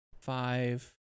five